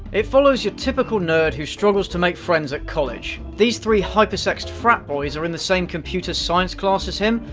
it follows your typical nerd who struggles to make friends at college. these three hyper sexed frat boys are in the same computer science class as him,